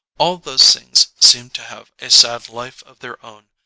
all those things seemed to have a sad life of their own,